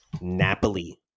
Napoli